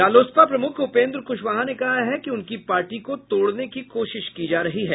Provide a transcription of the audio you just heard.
रालोसपा प्रमुख उपेंद्र कुशवाहा ने कहा है कि उनकी पार्टी को तोड़ने की कोशिश की जा रही है